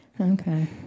Okay